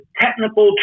technical